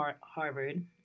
Harvard